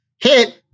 hit